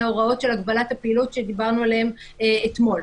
ההוראות של הגבלת הפעילות שדיברנו עליהן אתמול.